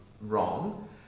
wrong